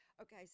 Okay